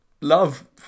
love